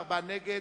נבחן.